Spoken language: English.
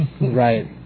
Right